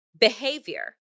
behavior